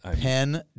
Pen